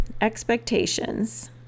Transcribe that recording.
expectations